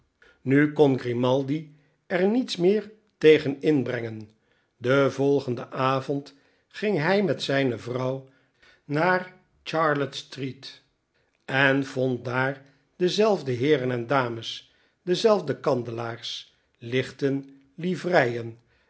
nu kon grimaldi or niets meer tegen inbrengen den volgenden avond ging hij met zijne vrouw naar charlotte street en vond daar dezelfde heeren en dames dezelfde kandelaars lichten